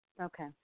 Okay